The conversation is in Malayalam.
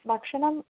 ഭക്ഷണം